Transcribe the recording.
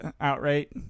outright